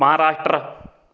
Maharashtra